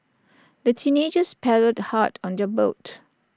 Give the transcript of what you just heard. the teenagers paddled hard on their boat